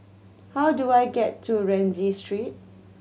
how do I get to Rienzi Street